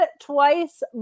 twice